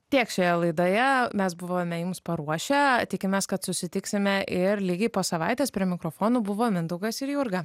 tiek šioje laidoje mes buvome jums paruošę tikimės kad susitiksime ir lygiai po savaitės prie mikrofonų buvo mindaugas ir jurga